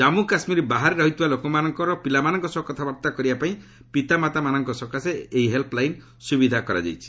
ଜାମ୍ମୁ କାଶ୍ମୀର ବାହାରେ ରହିଥିବା ସେମାନଙ୍କର ପିଲାମାନଙ୍କ ସହ କଥାବାର୍ତ୍ତା କରିବା ପାଇଁ ପିତାମାତାମାନଙ୍କ ସକାଶେ ଏହି ହେଲପ୍ ଲାଇନ୍ର ସୁବିଧା କରାଯାଇଛି